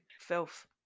Filth